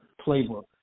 playbook